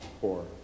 Four